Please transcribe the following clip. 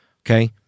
okay